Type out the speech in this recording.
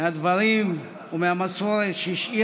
לעזוב משפחה, לעזוב שפה,